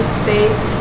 space